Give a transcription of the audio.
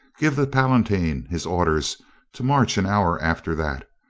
give the palatine his or ders to march an hour after that,